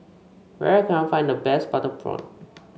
where can I find the best Butter Prawn